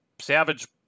Savage